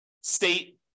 state